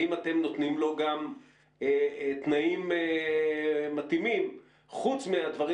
האם אתם נותנים לו גם תנאים מתאימים חוץ מהדברים